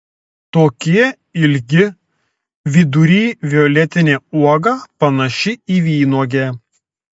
tokie ilgi vidury violetinė uoga panaši į vynuogę